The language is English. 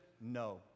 No